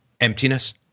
emptiness